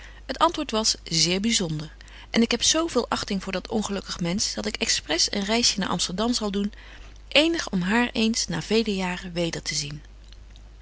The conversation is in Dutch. t antwoord was zeer byzonder en ik heb zo veel achting voor dat ongelukkig mensch dat ik expres een reisje naar amsterdam zal doen eenig om haar eens na vele jaren weder te zien